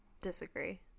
Disagree